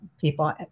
people